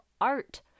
Art